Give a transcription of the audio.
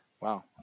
Wow